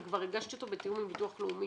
וכבר הגשתי אותו בתיאום עם הביטוח הלאומי.